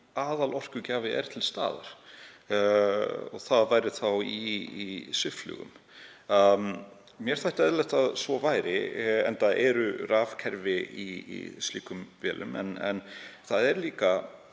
aðalorkugjafi er til staðar. Það væri þá í svifflugum. Mér þætti eðlilegt að svo væri, enda eru rafkerfi í slíkum vélum. En ef